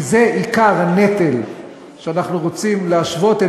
כי זה עיקר הנטל שאנחנו רוצים להשוות,